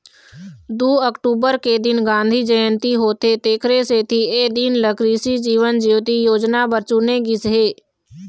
दू अक्टूबर के दिन गांधी जयंती होथे तेखरे सेती ए दिन ल कृसि जीवन ज्योति योजना बर चुने गिस हे